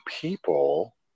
people